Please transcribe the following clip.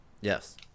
Yes